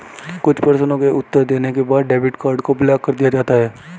कुछ प्रश्नों के उत्तर देने के बाद में डेबिट कार्ड को ब्लाक कर दिया जाता है